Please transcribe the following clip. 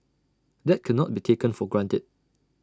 that cannot be taken for granted